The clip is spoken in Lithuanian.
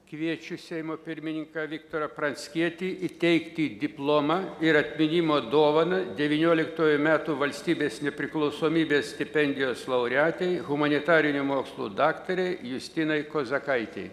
kviečiu seimo pirmininką viktorą pranckietį įteikti diplomą ir atminimo dovaną devynioliktųtų metų valstybės nepriklausomybės stipendijos laureatei humanitarinių mokslų daktarei justinai kozakaitei